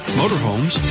motorhomes